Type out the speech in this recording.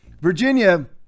Virginia